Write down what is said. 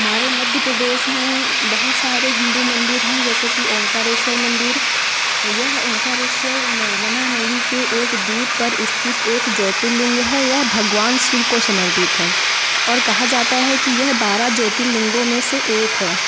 हमारे मध्य प्रदेश में बहुत सारे हिंदू मंदिर हैं जैसे कि ओंकारेश्वर मंदिर यह ओंकारेश्वर नर्मना नदी के एक द्वीप पर स्थित एक ज्योतिर्लिंग है यह भगवान शिव को समर्पित है और कहा जाता है कि यह बारह ज्योतिर्लिंगों में से एक है